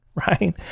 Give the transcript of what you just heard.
right